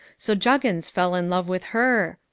so juggins fell in love with her.